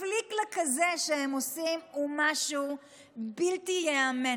הפליק-פלאק הזה שהם עושים הוא משהו בלתי ייאמן,